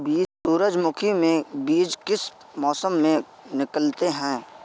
सूरजमुखी में बीज किस मौसम में निकलते हैं?